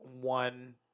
one